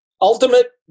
ultimate